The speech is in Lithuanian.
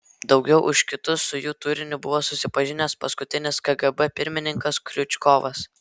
daugiau už kitus su jų turiniu buvo susipažinęs paskutinis kgb pirmininkas kriučkovas